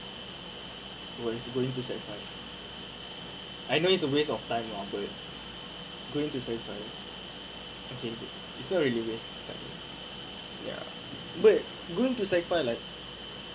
when is going to SEC five I know it's a waste of time lah but going to SEC five again it's not really waste of time ya but going to SEC five like